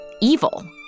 evil